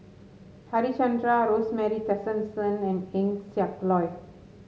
Harichandra Rosemary Tessensohn and Eng Siak Loy